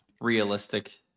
realistic